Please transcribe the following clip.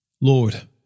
Lord